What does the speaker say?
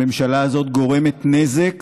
הממשלה הזאת גורמת נזק